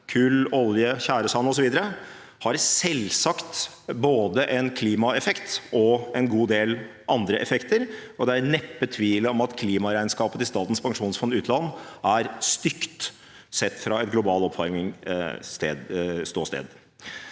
kull, olje, tjæresand osv., har selvsagt både en klimaeffekt og en god del andre effekter. Det er neppe tvil om at klimaregnskapet til Statens pensjonsfond utland er stygt sett fra et global oppvarming-ståsted.